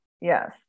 Yes